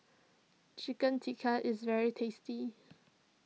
Chicken Tikka is very tasty